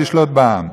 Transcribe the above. לשלוט בעם.